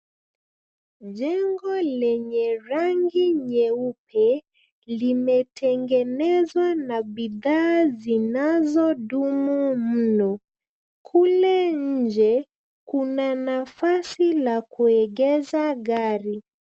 Jengo lenye rangi nyeupe limetengenezwa na bidhaa zinazo dumu muno kule nje kuna nafasi la kuegeza gari.